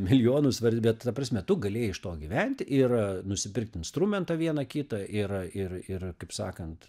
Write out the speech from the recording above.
milijonus var bet ta prasme tu galėjai iš to gyvent ir nusipirkt instrumentą vieną kitą ir ir ir kaip sakant